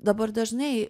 dabar dažnai